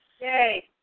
Yay